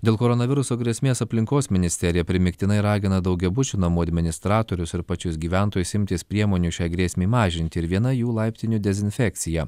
dėl koronaviruso grėsmės aplinkos ministerija primygtinai ragina daugiabučių namų administratorius ir pačius gyventojus imtis priemonių šiai grėsmei mažinti ir viena jų laiptinių dezinfekcija